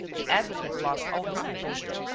the advocate lost all his composure.